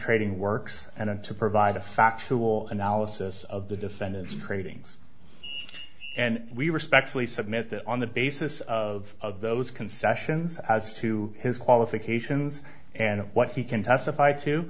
trading works and and to provide a factual analysis of the defendant's tradings and we respectfully submit that on the basis of those concessions as to his qualifications and what he can testify to